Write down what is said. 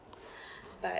but